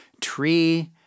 Tree